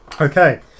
okay